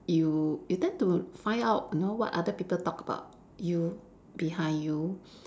you you tend to find out you know what other people talk about you behind you